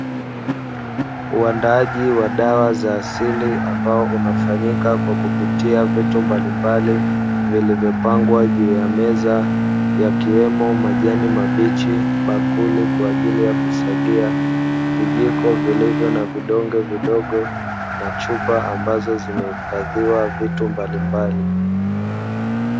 Uandaaji wa dawa za asili ambao unaofanyika kwa kupitia vitu mbalimbali vilivyopangwa juu ya meza yakiwemo majani mabichi, bakuli kwa ajili ya kusagia, vijiko vilivyo na vidonge vidogo na chupa ambazo zimehifadhiwa vitu mbalimbali.